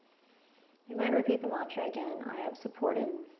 you might repeat the mantra again, i am supported.